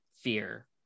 fear